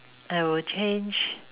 I will change